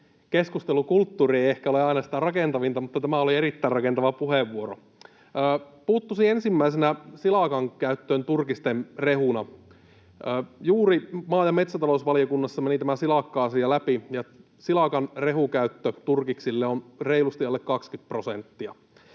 keskustelukulttuuri ei ehkä ole aina sitä rakentavinta, mutta tämä oli erittäin rakentava puheenvuoro. Puuttuisin ensimmäisenä silakan käyttöön turkisten rehuna: juuri maa- ja metsätalousvaliokunnassa meni tämä silakka-asia läpi, ja silakan rehukäyttö turkiksille on reilusti alle 20 prosenttia